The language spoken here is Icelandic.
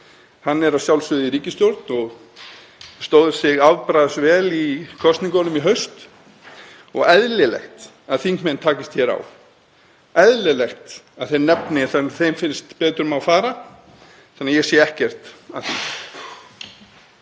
Hann er að sjálfsögðu í ríkisstjórn og stóð sig afbragðs vel í kosningunum í haust og eðlilegt að þingmenn takist hér á, eðlilegt að þeir nefni það sem þeim finnst að betur megi fara. Þannig að ég sé ekkert að því.